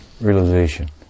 realization